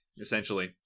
Essentially